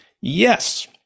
Yes